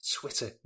Twitter